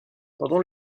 pendant